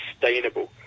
sustainable